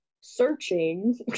searching